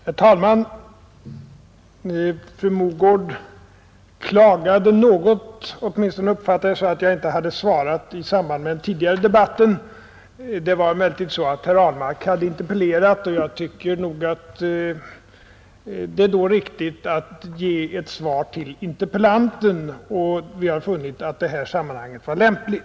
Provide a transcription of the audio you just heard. Herr talman! Fru Mogård klagade något, åtminstone uppfattade jag det så, över att jag inte svarade i samband med den tidigare debatten. Det var emellertid så att herr Ahlmark hade interpellerat, och jag tycker nog att det då är riktigt att ge ett svar till interpellanten. Vi har funnit detta sammanhang vara det lämpliga.